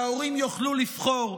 שההורים יוכלו לבחור.